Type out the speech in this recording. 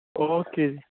okay ਜੀ